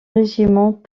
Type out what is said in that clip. régiment